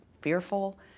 fearful